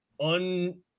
un